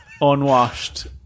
unwashed